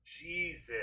Jesus